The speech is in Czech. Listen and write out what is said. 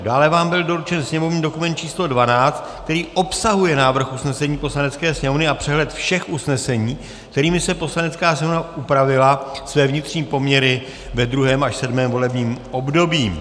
Dále vám byl doručen sněmovní dokument číslo 12, který obsahuje návrh usnesení Poslanecké sněmovny a přehled všech usnesení, kterými si Poslanecká sněmovna upravila své vnitřní poměry ve 2. až 7. volebním období.